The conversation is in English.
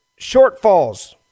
shortfalls